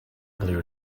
blew